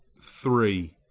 three.